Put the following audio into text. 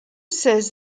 says